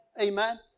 Amen